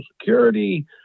Security